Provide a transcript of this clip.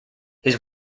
his